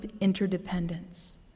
interdependence